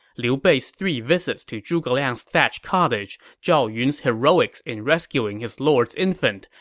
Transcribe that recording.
liu bei's three visits to zhuge liang's thatched cottage, zhao yun's heroics in rescuing his lord's infant,